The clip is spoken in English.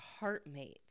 heartmates